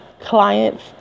clients